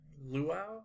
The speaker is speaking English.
Luau